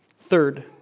Third